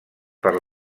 per